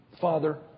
Father